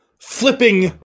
flipping